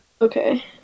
okay